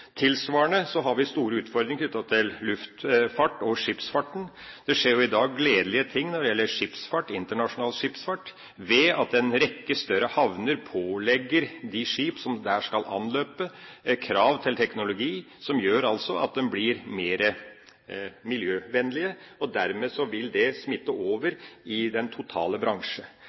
Tilsvarende har vi store utfordringer knyttet til luftfart og skipsfart. Det skjer i dag gledelige ting når det gjelder internasjonal skipsfart ved at en rekke større havner pålegger de skip som der skal anløpe, krav til teknologi, som gjør at de blir mer miljøvennlige, og dermed vil det smitte over til den totale